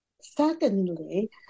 Secondly